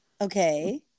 Okay